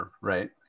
right